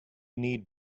need